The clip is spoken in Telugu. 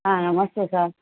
నమస్తే సార్